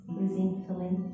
resentfully